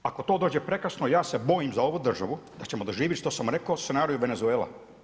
Ako to dođe prekasno ja se bojim za ovu državu da ćemo doživjeti što sam rekao … i Venezuela.